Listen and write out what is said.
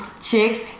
chicks